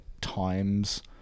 times